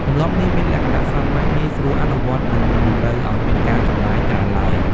ទម្លាប់នេះមានលក្ខណៈសាមញ្ញ ងាយស្រួលអនុវត្ត និងមិនតម្រូវឱ្យមានការចំណាយច្រើនឡើយ។